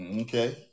Okay